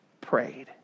prayed